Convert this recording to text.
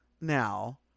now